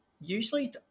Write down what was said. usually